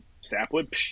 sapwood